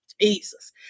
Jesus